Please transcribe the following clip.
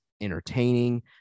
entertaining